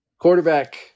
Quarterback